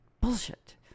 Bullshit